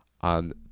on